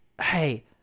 hey